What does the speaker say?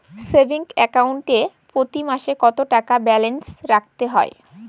Savings account এ প্রতি মাসে কতো টাকা ব্যালান্স রাখতে হবে?